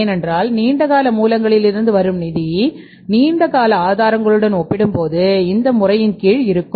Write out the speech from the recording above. ஏனென்றால் நீண்ட கால மூலங்களிலிருந்து வரும் நிதி நீண்ட கால ஆதாரங்களுடன் ஒப்பிடும்போது இந்த முறையின் கீழ் இருக்கும்